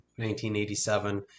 1987